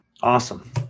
Awesome